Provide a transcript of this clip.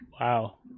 Wow